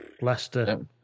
Leicester